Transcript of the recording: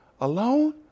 alone